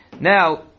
Now